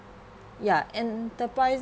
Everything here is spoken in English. ya and the prices